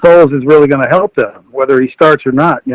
foals is really going to help them whether he starts or not, yeah